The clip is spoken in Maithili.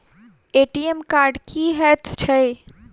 ए.टी.एम कार्ड की हएत छै?